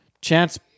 Chance